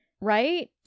right